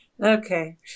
okay